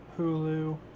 Hulu